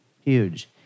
huge